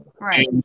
right